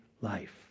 life